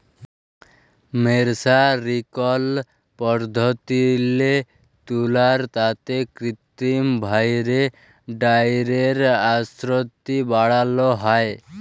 মের্সারিকরল পদ্ধতিল্লে তুলার তাঁতে কিত্তিম ভাঁয়রে ডাইয়ের আসক্তি বাড়ালো হ্যয়